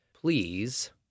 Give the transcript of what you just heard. please